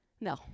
No